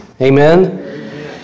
Amen